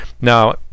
Now